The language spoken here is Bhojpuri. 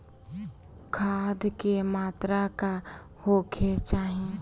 खाध के मात्रा का होखे के चाही?